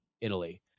Italy